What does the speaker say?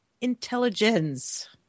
intelligence